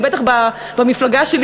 ובטח במפלגה שלי,